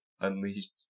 unleashed